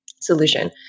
solution